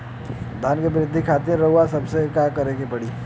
धान क वृद्धि खातिर रउआ सबके का करे के पड़ी?